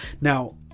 Now